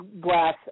Glass